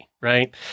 right